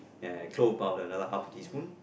and chow powder another half teaspoon